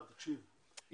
תקשיב,